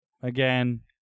Again